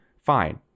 fine